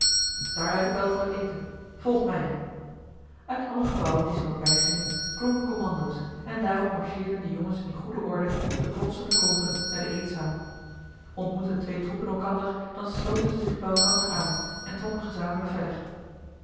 de bel voor het eten volg mij uit alle gebouwen die ze voorbijgingen klonken kommando's en daarop marcheerden de jongens in goede orde op de klotsende klompen naar de eetzaal ontmoetten twee troepen elkander dan sloten ze zich bij elkander aan en trokken gezamenlijk verder